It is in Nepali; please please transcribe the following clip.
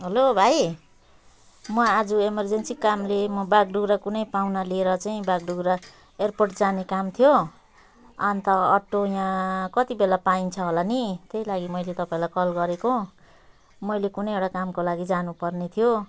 हेलो भाइ म आज इमर्जेन्सी कामले म बागडोग्रा कुनै पाहुना लिएर चाहिँ बागडोग्रा एयरपोर्ट जाने काम थियो अन्त अटो यहाँ कति बेला पाइन्छ होला नि त्यही लागि मैले तपाईँलाई कल गरेको मैले कुनै एउटा कामको लागि जानुपर्ने थियो